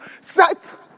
set